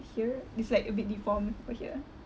here it's like a bit deformed over here